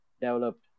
developed